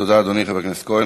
תודה, אדוני חבר הכנסת כהן.